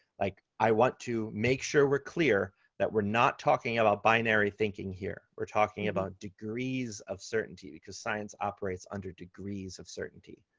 like i want to make sure we're clear that we're not talking about binary thinking here. we're talking about degrees of certainty because science operates under degrees of certainty.